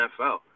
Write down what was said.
NFL